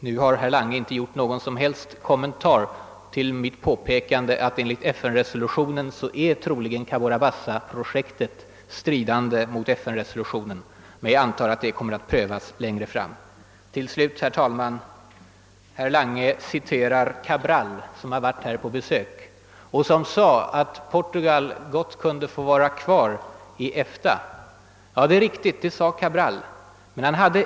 Men handelsministern har inte gjort någon som helst kommentar till mitt påpekande att Cabora Bassa-projektet troligen strider mot FN-resolutionen. Jag antar att saken kommer att prövas längre fram: Till sist vill jag ta upp statsrådet Langes citat från Cabral, som varit i Sverige på besök. Han hade då uttalat, att Portugal gott kunde få vara kvar i EFTA. Det är riktigt att han yttrade det.